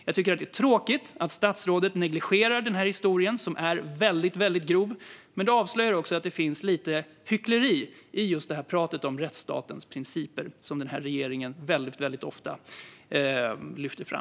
Jag tycker att det är tråkigt att statsrådet negligerar denna historia, som är väldigt grov, och det avslöjar också att det finns ett visst hyckleri i pratet om rättsstatens principer, som denna regering ofta lyfter fram.